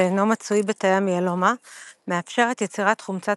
שאינו מצוי בתאי המיאלומה מאפשר את יצירת חומצת